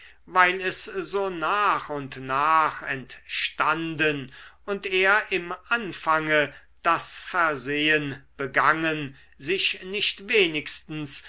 weil es so nach und nach entstanden und er im anfange das versehen begangen sich nicht wenigstens